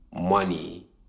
money